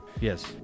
yes